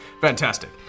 Fantastic